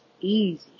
easy